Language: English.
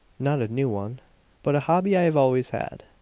not a new one but a hobby i have always had.